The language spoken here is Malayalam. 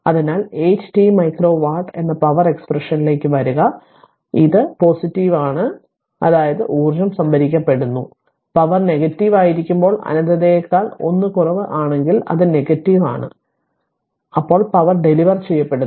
അതിനാൽ 8 t മൈക്രോ വാട്ട് എന്ന പവർ എക്സ്പ്രഷനിലേക്ക് വരിക അതിനാൽ ഇത് പോസിറ്റീവ് ആണ് അതായത് ഊർജ്ജം സംഭരിക്കപ്പെടുന്നു പവർ നെഗറ്റീവ് ആയിരിക്കുമ്പോൾ അനന്തതയേക്കാൾ 1 കുറവ് കുറവാണെങ്കിൽ അത് നെഗറ്റീവ് ആണ് അതായത് പവർ ഡെലിവർ ചെയ്യപ്പെടുന്നു